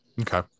okay